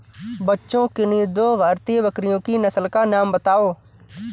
बच्चों किन्ही दो भारतीय बकरियों की नस्ल का नाम बताओ?